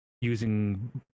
using